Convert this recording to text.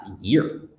year